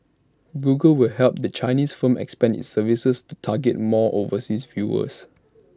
Google will help the Chinese firm expand its services to target more overseas viewers